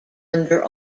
under